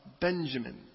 Benjamin